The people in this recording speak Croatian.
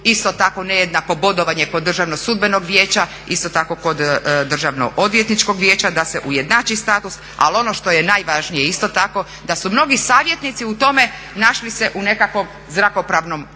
isto tako nejednako bodovanje kod Državnog sudbenog vijeća, isto tako kod Državnog odvjetničkog vijeća da se ujednači status. Ali ono što je najvažnije, isto tako, da su mnogi savjetnici u tome našli se u nekakvom zrakopraznom prostoru